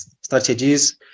strategies